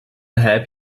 help